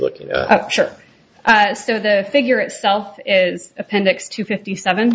looking after so the figure itself is appendix to fifty seven